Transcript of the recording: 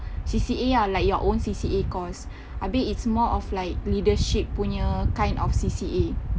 C_C_A ah is more like your own C_C_A course habis is more of like leadership punya kind of C_C_A